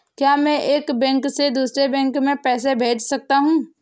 क्या मैं एक बैंक से दूसरे बैंक में पैसे भेज सकता हूँ?